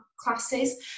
classes